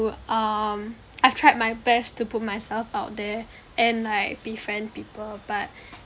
um I've tried my best to put myself out there and like befriend people but